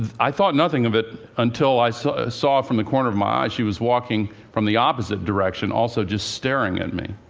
i thought nothing of it until i saw saw from the corner of my eye she was walking from the opposite direction, also just staring at me.